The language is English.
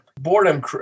boredom